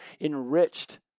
enriched